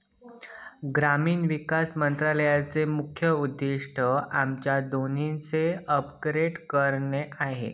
ग्रामीण विकास मंत्रालयाचे मुख्य उद्दिष्ट आमच्या दोन्हीचे अपग्रेड करणे आहे